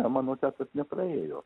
mano teatras nepraėjo